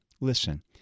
Listen